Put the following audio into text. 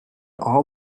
all